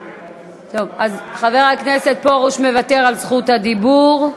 טוב, אז חבר הכנסת פרוש מוותר על זכות הדיבור.